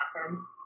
awesome